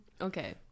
Okay